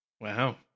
Wow